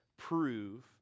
Prove